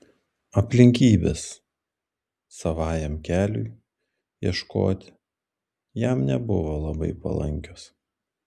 aplinkybės savajam keliui ieškoti jam nebuvo labai palankios